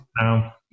now